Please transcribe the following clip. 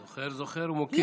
זוכר, זוכר ומוקיר.